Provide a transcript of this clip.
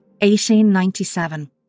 1897